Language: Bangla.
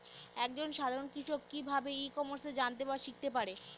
এক জন সাধারন কৃষক কি ভাবে ই কমার্সে জানতে বা শিক্ষতে পারে?